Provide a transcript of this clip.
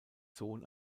sohn